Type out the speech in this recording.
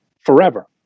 forever